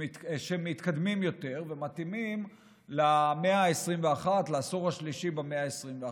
מתקדמים יותר ומתאימים לעשור השלישי במאה ה-21.